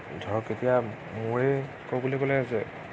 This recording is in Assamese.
ধৰক এতিয়া মোৰেই ক'বলৈ গ'লে যে